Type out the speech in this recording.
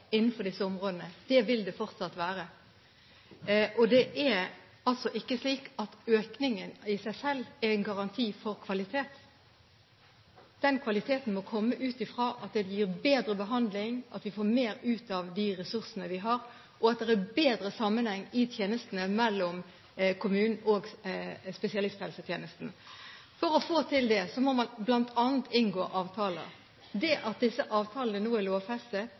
innenfor disse områdene. Det vil det fortsatt være, og det er altså ikke slik at økningen i seg selv er en garanti for kvalitet. Den kvaliteten må komme ut fra at det gis bedre behandling, at vi får mer ut av de ressursene vi har, og at det er bedre sammenheng i tjenestene mellom kommunen og spesialisthelsetjenesten. For å få til det må man bl.a. inngå avtaler. Det at disse avtalene nå er lovfestet